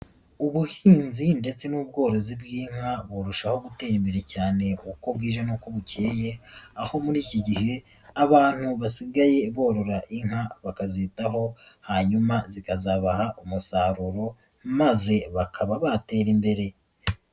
Ubuhinzi ndetse n'ubworozi bw'inka burushaho gutera imbere cyane uko bwije n'uko bukeye, aho muri iki gihe abantu basigaye borora inka bakazitaho, hanyuma zikazabaha umusaruro maze bakaba batera imbere.